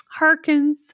Harkens